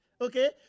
Okay